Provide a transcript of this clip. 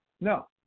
No